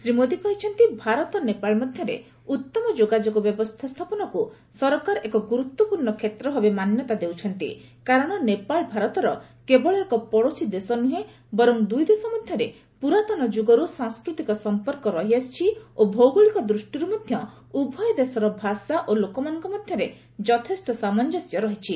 ଶୀ ମୋଦି କହିଛନ୍ତି ଭାରତ ନେପାଳ ମଧ୍ୟରେ ଉତ୍ତମ ଯୋଗାଯୋଗ ବ୍ୟବସ୍ଥା ସ୍ଥାପନକୁ ସରକାର ଏକ ଗୁରୁତ୍ୱପୂର୍ଣ୍ଣ କ୍ଷେତ୍ର ଭାବେ ମାନ୍ୟତା ଦେଉଛନ୍ତି କାରଣ ନେପାଳ ଭାରତର କେବଳ ଏକ ପଡ଼ୋଶୀ ଦେଶ ନୁହେଁ ଦୁଇଦେଶ ମଧ୍ୟରେ ପୁରାତନ ଯୁଗରୁ ସାଂସ୍କୃତିକ ସଂପର୍କ ରହିଆସିଛି ଓ ଭୌଗୋଳିକ ଦୃଷ୍ଟିରୁ ମଧ୍ୟ ଉଭୟ ଦେଶ ମଧ୍ୟରେ ଭାଷା ଓ ଲୋକମାନଙ୍କ ମଧ୍ୟରେ ଯଥେଷ୍ଟ ସାମଞ୍ଜସ୍ୟ ରହିଛି